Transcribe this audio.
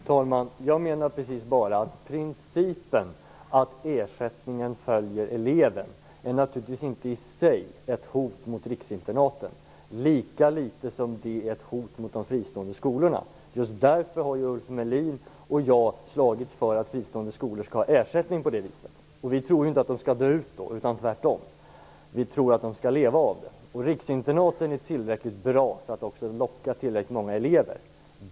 Fru talman! Jag menar precis bara att principen att ersättningen följer eleven naturligtvis inte i sig är ett hot mot riksinternaten, lika litet som den är ett hot mot de fristående skolorna. Just därför har ju Ulf Melin och jag slagits för att fristående skolor skall ha ersättning på det viset. Vi tror ju inte att de skall dö ut då, utan tvärtom; vi tror att de skall leva av det. Riksinternaten är tillräckligt bra för att också locka tillräckligt många elever.